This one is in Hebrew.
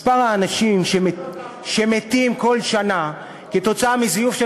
מספר האנשים שמתים כל שנה עקב זיוף של